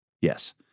Yes